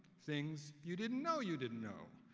things you didn't know you didn't know,